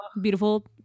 Beautiful